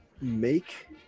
Make